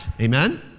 Amen